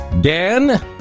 dan